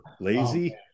Lazy